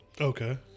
Okay